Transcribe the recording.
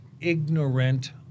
ignorant